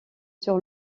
sur